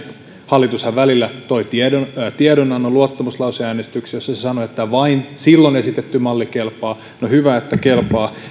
hallitushan välillä toi tiedonannon luottamuslauseäänestyksessä se sanoi että vain silloin esitetty malli kelpaa no hyvä että kelpaa ja